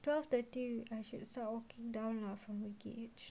twelve thirty I should start walking down lah from the gauge